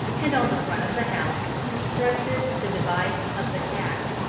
and on the front of the house constructed the device of the cat.